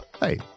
Hey